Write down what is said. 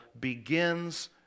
begins